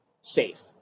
safe